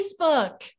Facebook